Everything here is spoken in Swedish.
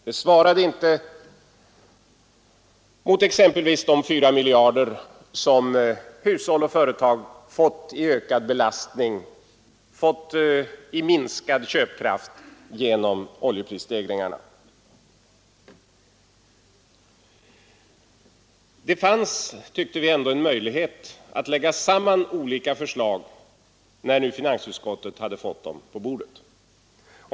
Den svarade inte mot exempelvis de 4 miljarder kronor som hushåll och företag fått i ökad belastning, i minskad köpkraft, genom oljeprisstegringarna. Det fanns, tyckte vi, ändå en möjlighet att lägga samman olika förslag när nu finansutskottet hade fått dem på bordet.